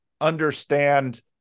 understand